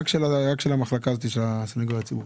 רק של המחלקה הזאת של הסנגוריה הציבורית.